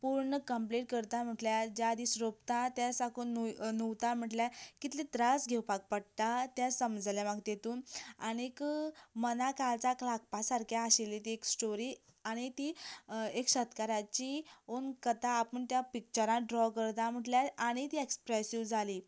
पुर्ण कंप्लिट करता म्हणल्यार ज्या दिसा रोपता त्या सावन नुव नुवता म्हणल्यार कितले त्रास घेवपाक पडटा तें समजलें म्हाका तातूंत आनी मना काळजाक लागपा सारकी आशिल्ली ती एक स्टोरी आनी ती एका शेतकाराची ऑन कथा आपूण त्या पिक्चरांत ड्रॉ करता म्हणल्यार आनी ती एक्सप्रेसिव जाली